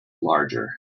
larger